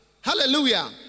hallelujah